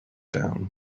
down